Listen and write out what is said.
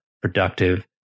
productive